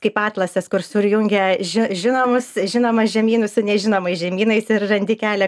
kaip atlasas kur sujungia ži žinomus žinomus žemynus su nežinomais žemynais ir randi kelią